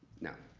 no.